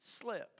slip